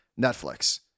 Netflix